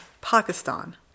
Pakistan